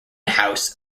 house